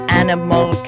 animal